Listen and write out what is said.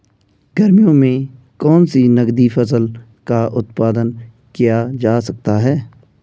गर्मियों में कौन सी नगदी फसल का उत्पादन किया जा सकता है?